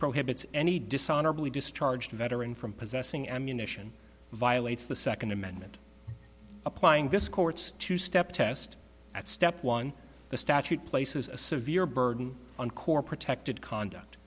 prohibits any dishonorably discharged veteran from possessing ammunition violates the second amendment applying this court's two step test at step one the statute places a severe burden on core protected conduct